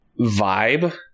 vibe